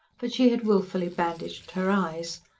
but she had wilfully bandaged her eyes.